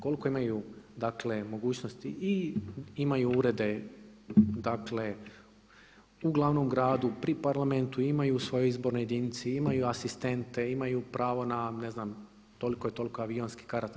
Koliko imaju dakle mogućnosti i imaju urede, dakle u glavnom gradu, pri Parlamentu imaju u svojoj izbornoj jedinici, imaju asistente, imaju pravo na ne znam toliko i toliko avionskih karata.